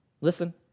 Listen